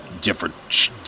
different